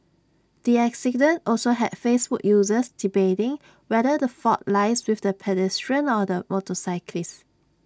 the accident also had Facebook users debating whether the fault lies with the pedestrian or the motorcyclist